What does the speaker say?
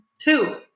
Two